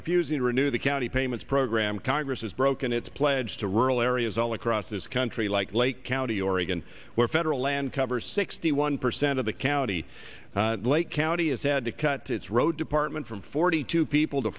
refusing to renew the county payments program congress has broken its pledge to rural areas all across this country like lake county oregon where federal land cover sixty one percent of the county lake county has had to cut its road department from forty two people to